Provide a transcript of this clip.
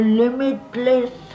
limitless